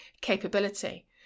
capability